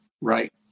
right